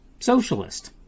socialist